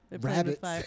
rabbits